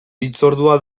hitzordua